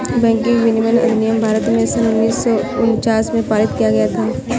bank विनियमन अधिनियम भारत में सन उन्नीस सौ उनचास में पारित किया गया था